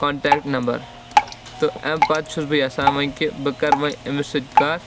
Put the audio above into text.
contact number تہٕ اَمہِ پَتہٕ چھُس بہٕ یژھان وۄنۍ کہِ بہٕ کرٕ وۄنۍ أمِس سۭتۍ کَتھ